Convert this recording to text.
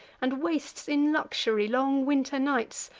and wastes in luxury long winter nights,